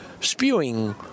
spewing